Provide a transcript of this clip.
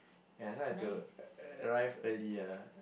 that's why have to arrive early lah